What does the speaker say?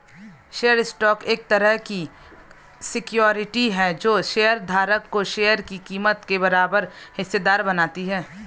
share stock एक तरह की सिक्योरिटी है जो शेयर धारक को शेयर की कीमत के बराबर हिस्सेदार बनाती है